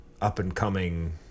up-and-coming